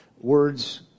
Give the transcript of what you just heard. Words